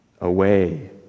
away